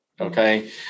Okay